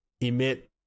emit